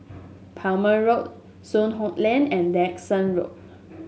Plumer Road Soon Hock Lane and Dickson Road